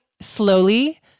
slowly